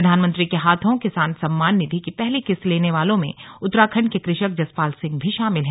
प्रधानमंत्री के हाथों किसान सम्मान निधि की पहली किस्त लेने वालों में उत्तराखण्ड के कृषक जसपाल सिंह भी शामिल हैं